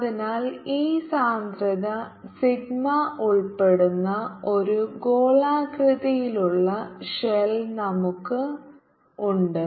അതിനാൽ ഈ സാന്ദ്രത സിഗ്മ ഉൾപ്പെടുന്ന ഒരു ഗോളാകൃതിയിലുള്ള ഷെൽ നമ്മൾക്ക് ഉണ്ട്